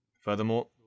Furthermore